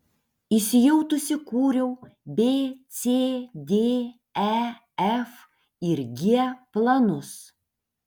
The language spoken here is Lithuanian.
įsijautusi kūriau b c d e f ir g planus